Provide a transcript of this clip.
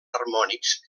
harmònics